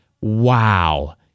wow